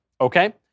Okay